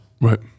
Right